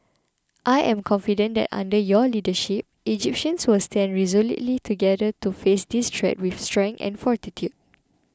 I am confident that under your leadership Egyptians will stand resolutely together to face this threat with strength and fortitude